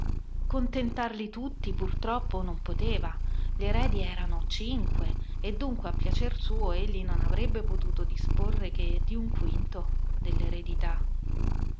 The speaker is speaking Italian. contentarli tutti purtroppo non poteva gli eredi erano cinque e dunque a piacer suo egli non avrebbe potuto disporre che di un quinto